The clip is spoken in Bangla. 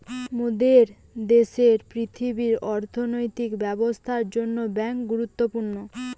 মোরদের দ্যাশের পৃথিবীর অর্থনৈতিক ব্যবস্থার জন্যে বেঙ্ক গুরুত্বপূর্ণ